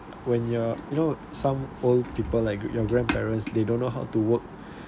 when you're you know some old people like your grandparents they don't know how to work